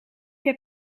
heb